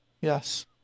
Yes